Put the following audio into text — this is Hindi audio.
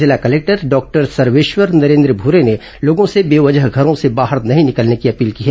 जिला कलेक्टर डॉक्टर सर्वेश्वर नरेन्द्र भूरे ने लोगों से बेवजह घरों से बाहर नहीं निकलने की अपील की है